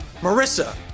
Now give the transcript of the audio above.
Marissa